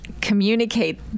communicate